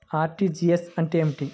RTGS అంటే ఏమిటి?